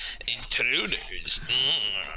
intruders